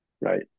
right